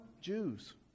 Jews